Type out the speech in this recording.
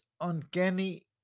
uncanny